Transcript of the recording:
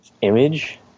Image